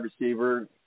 receiver